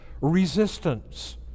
resistance